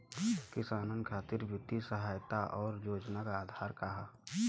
किसानन खातिर वित्तीय सहायता और योजना क आधार का ह?